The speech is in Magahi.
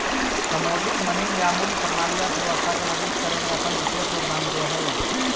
कमोडिटी मनी या मूल्य प्रणाली अर्थव्यवस्था के मजबूत करे में अपन विशेष योगदान दे हई